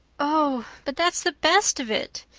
oh, but that's the best of it,